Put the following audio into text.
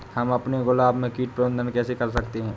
हम अपने गुलाब में कीट प्रबंधन कैसे कर सकते है?